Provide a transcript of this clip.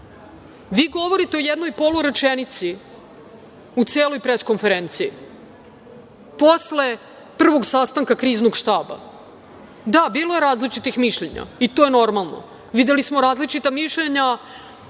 Vi govorite o jednoj polurečenici u celoj pres konferenciji, posle prvog sastanka kriznog štaba. Da, bilo je različitih mišljenja. Ali, to je normalno. Videli smo različita mišljenja